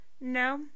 no